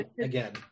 again